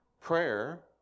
prayer